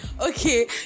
Okay